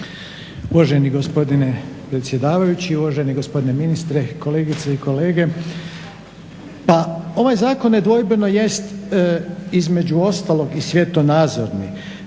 Uvaženi gospodine predsjedavajući, uvaženi gospodine ministre, kolegice i kolege. Pa ovaj zakon nedvojbeno jest između ostalog i svjetonazori,